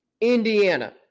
Indiana